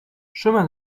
chemin